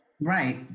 Right